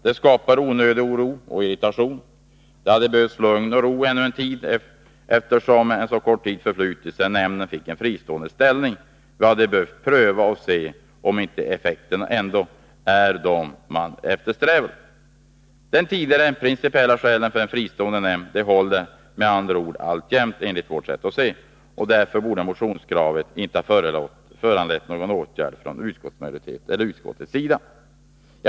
Det skapar onödig oro och irritation. Det hade behövts lugn och ro ännu en tid, eftersom så kort tid förflutit sedan nämnden fick en fristående ställning. Det hade varit bra att vänta och se om inte effekterna ändå är de man eftersträvar. De tidigare principiella skälen för en fristående nämnd håller med andra ord alltjämt enligt vårt att se. Därför borde motionskravet inte ha föranlett någon åtgärd från utskottets sida.